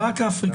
כרגע רק אפריקה.